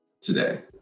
today